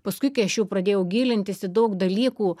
paskui kai aš jau pradėjau gilintis į daug dalykų